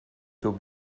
taux